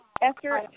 Esther